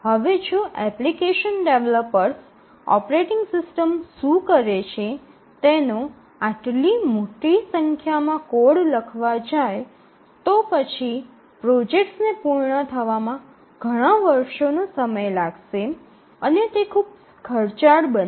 હવે જો application developers operating system શું કરે છે તેનો આટલી મોટી સંખ્યામાં કોડ લખવા જાય તો પછી પ્રોજેક્ટ્સને પૂર્ણ થવામાં ઘણા વર્ષોનો સમય લાગશે અને તે ખૂબ ખર્ચાળ બનશે